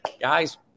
guys